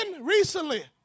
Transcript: recently